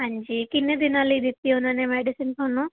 ਹਾਂਜੀ ਕਿੰਨੇ ਦਿਨਾਂ ਲਈ ਦਿੱਤੀ ਉਹਨਾਂ ਨੇ ਮੈਡੀਸਨ ਤੁਹਾਨੂੰ